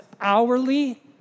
hourly